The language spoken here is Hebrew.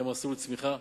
למסלול צמיחה.